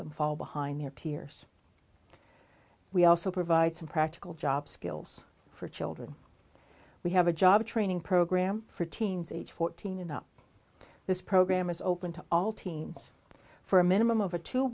them fall behind their peers we also provide some practical job skills for children we have a job training program for teens aged fourteen and up this program is open to all teams for a minimum of a two